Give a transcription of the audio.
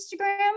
Instagram